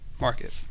market